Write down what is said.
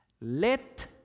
Let